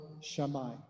Shammai